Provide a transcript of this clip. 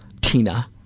Tina